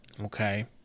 Okay